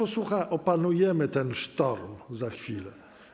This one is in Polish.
Opanujemy ten sztorm za chwilę.